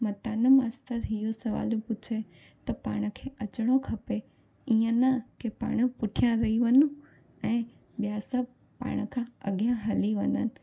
मतां न मास्तर इहो सुवालु पुछे त पाण खे अचिणो खपे ईअं न की पाण पुठियां रही वञू ऐं ॿिया सभु पाण खां अॻियां हली वञनि